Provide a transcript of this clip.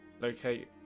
Locate